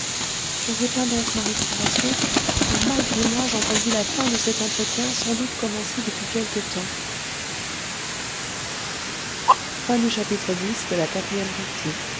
je retins donc ma respiration et malgré moi j'entendis la fin de cet entretien sans doute commencé depuis quelque temps